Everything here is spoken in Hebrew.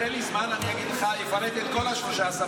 תן לי זמן, אני אגיד לך, אפרט את כל 13 המיליארד.